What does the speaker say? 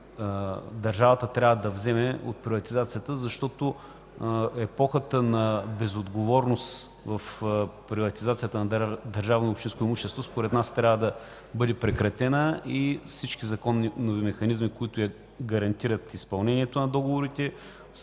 държавата трябва да вземе от приватизацията, защото епохата на безотговорност в приватизацията на държавно общинско имущество според нас трябва да бъде прекратена и всички законови механизми, които гарантират изпълнението на договорите